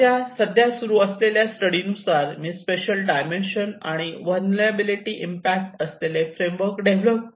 माझ्या सध्या सुरू असलेल्या स्टडी नुसार मी स्पेशल डायमेन्शन आणि व्हलनेरलॅबीलीटी इम्पॅक्ट असलेले फ्रेमवर्क डेव्हलप केले आहे